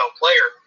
player